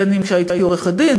אם כשהייתי עורכת-דין,